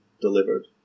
delivered